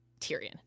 Tyrion